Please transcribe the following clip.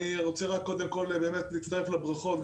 אני מצטרף לברכות,